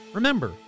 Remember